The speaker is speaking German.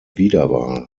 wiederwahl